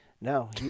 No